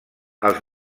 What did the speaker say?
els